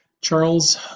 Charles